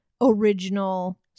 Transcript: original